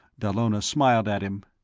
dallona smiled at him.